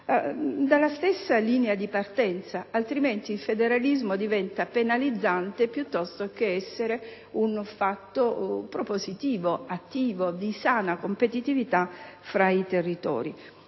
dalla stessa linea di partenza; altrimenti il federalismo diventa penalizzante piuttosto che propositivo, attivo e di sana competitività fra i territori.